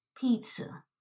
pizza